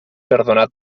perdonat